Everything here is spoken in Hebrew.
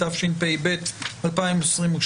התשפ"ב-2022.